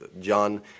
John